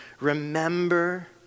remember